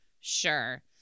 sure